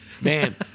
man